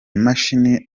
mashini